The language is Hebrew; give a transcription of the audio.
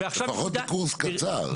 לפחות בקורס קצר.